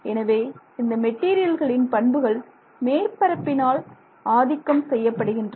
எனவே இந்த மெட்டீரியல்களின் பண்புகள் மேற்பரப்பினால் ஆதிக்கம் செய்யப்படுகின்றன